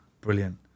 Brilliant